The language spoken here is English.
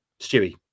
Stewie